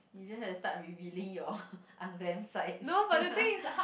you just have to start revealing your unglam sides